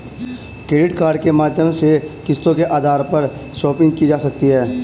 credit card के माध्यम से किस्तों के आधार पर शापिंग की जा सकती है